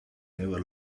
never